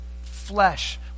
flesh